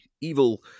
evil